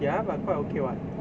ya but quite okay [what]